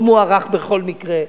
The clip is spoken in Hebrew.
לא מוערך בכל מקרה,